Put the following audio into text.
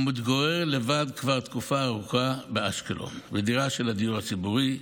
הוא מתגורר באשקלון לבד כבר תקופה ארוכה בדירה של הדיור הציבורי.